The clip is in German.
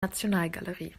nationalgalerie